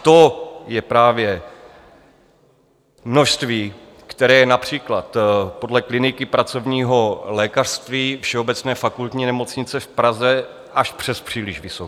A to je právě množství, které je například podle Kliniky pracovního lékařství Všeobecné fakultní nemocnice v Praze až přespříliš vysoké.